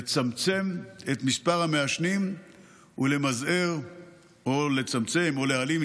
לצמצם את מספר המעשנים ולמזער או לצמצם או להעלים,